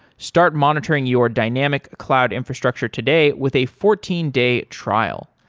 start monitoring your dynamic cloud infrastructure today with a fourteen day trial.